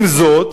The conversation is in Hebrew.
עם זאת,